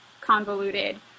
convoluted